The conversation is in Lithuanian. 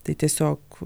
tai tiesiog